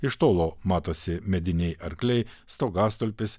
iš tolo matosi mediniai arkliai stogastulpis